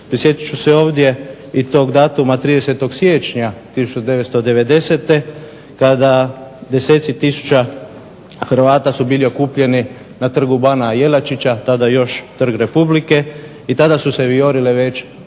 prisjetit ću se ovdje i tog datuma 30. siječnja 1990. kada deseci tisuća Hrvata su bili okupljeni na Trgu bana Jelačića, tada još Trg Republike i tada su se vijorile već